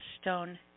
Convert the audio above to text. stone